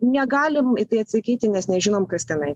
negalim į tai atsakyti nes nežinom kas tenai